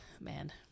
Man